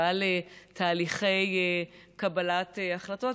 ועל תהליכי קבלת החלטות,